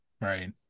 Right